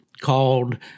called